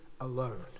alone